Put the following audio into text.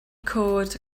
cod